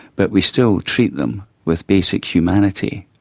but we still treat them with basic humanity.